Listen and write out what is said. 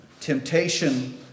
temptation